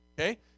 okay